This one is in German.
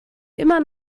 immer